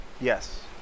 yes